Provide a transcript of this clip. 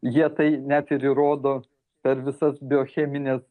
jie tai net ir įrodo per visas biochemines